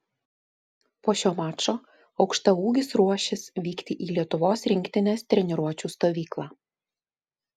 po šio mačo aukštaūgis ruošis vykti į lietuvos rinktinės treniruočių stovyklą